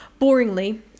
boringly